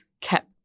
kept